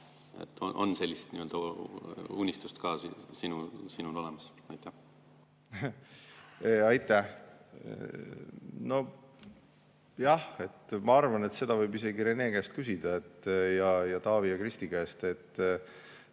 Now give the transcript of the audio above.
On selline unistus ka sinul olemas? Aitäh! Jah, ma arvan, et seda võib isegi Rene käest küsida, ka Taavi ja Kristi käest. Ma